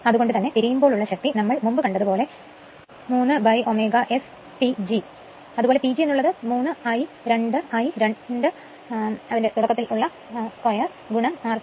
അത്കൊണ്ട് തന്നെ തിരിയുമ്പോൾ ഉള്ള ശക്തി നമ്മൾ മുൻപ് കണ്ടത് പോലെ 3 3 SPG അതുപോലെ PG എന്ന് ഉള്ളത് 3 i 2 I 2 തുടക്കത്തിൽ 2 r2S ആയിരിക്കും